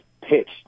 pitched